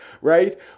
right